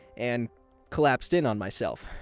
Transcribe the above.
and collapsed in on myself.